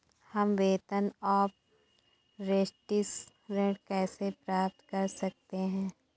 हम वेतन अपरेंटिस ऋण कैसे प्राप्त कर सकते हैं?